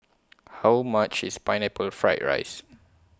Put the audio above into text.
How much IS Pineapple Fried Rice